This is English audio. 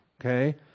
Okay